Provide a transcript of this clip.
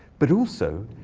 but also,